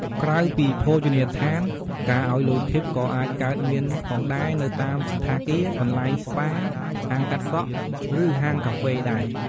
ក្រៅពីភោជនីយដ្ឋាន ការឲ្យលុយធីប ក៏អាចកើតមានផងដែរនៅតាមសណ្ឋាគារ កន្លែងស្ប៉ា ហាងកាត់សក់ ឬហាងកាហ្វេដែរ។